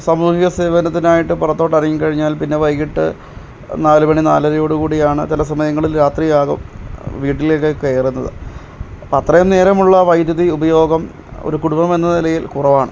സാമൂഹ്യ സേവനത്തിനായിട്ട് പുറത്തോട്ട് ഇറങ്ങിക്കഴിഞ്ഞാൽ പിന്നെ വൈകിട്ട് നാലുമണി നാലരയോട് കൂടിയാണ് ചില സമയങ്ങളിൽ രാത്രിയാവും വീട്ടിലേക്ക് കയറുന്നത് അത്രയും നേരമുള്ള വൈദ്യുതി ഉപയോഗം ഒരു കുടുംബം എന്ന നിലയിൽ കുറവാണ്